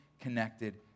connected